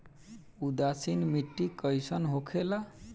उदासीन मिट्टी कईसन होखेला?